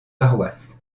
paroisses